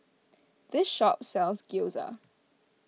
this shop sells Gyoza